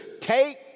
take